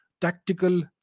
tactical